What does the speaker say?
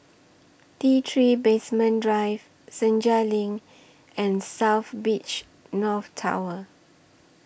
T three Basement Drive Senja LINK and South Beach North Tower